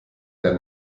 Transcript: der